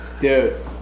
Dude